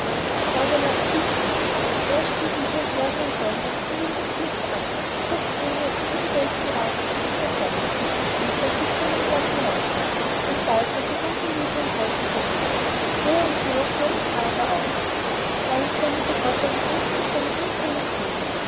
die erde lag tief unten zuerst erschien sie mit ihren bergen und wäldern nur wie ein aufgepflügter acker wo das grüne aus den umgewälzten rasenstücken hervorblickt später glich sie einer flachen landkarte und bald war sie ganz in nebel und wolken verhüllt höher und höher flogen die adler aufwärts da entsendete gott einen einzigen seiner unzähligen engel